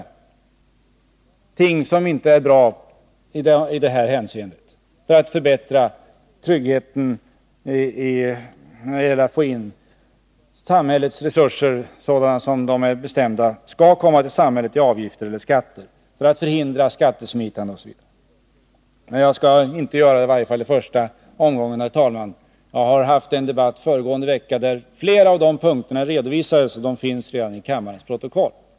Det rör ting som inte är bra: tryggheten behöver t.ex. förbättras, det gäller att få in sådana samhällsresurser som enligt bestämmelserna skall komma till samhället via avgifter eller skatter, att förhindra skattesmitning osv. Men jag skall i varje fall inte göra det i första omgången. Jag deltog i en debatt förra veckan där flera av de punkterna redovisades. De finns redan i kammarens protokoll.